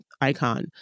icon